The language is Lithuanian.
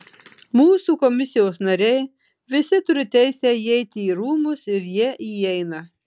mūsų komisijos nariai visi turi teisę įeiti į rūmus ir jie įeina